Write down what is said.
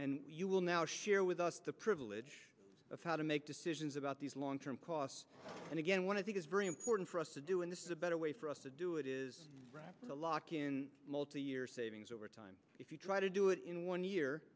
and you will now share with us the privilege of how to make decisions about these long term costs and again when i think it's very important for us to do and this is a better way for us to do it is a lock in multi year savings over time if you try to do it in one year